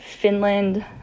Finland